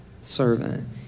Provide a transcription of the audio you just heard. Servant